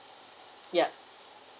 ya